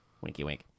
Winky-wink